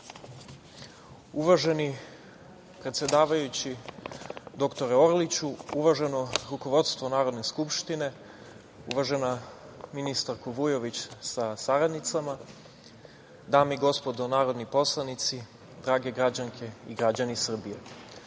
Hvala. Uvaženi predsedavajući dr Orliću, uvaženo rukovodstvo Narodne skupštine, uvažena ministarko Vujović sa saradnicama, dame i gospodo narodni poslanici, drage građanke i građani Srbije,